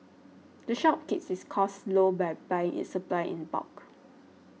the shop keeps its costs low by buying its supplies in bulk